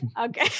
Okay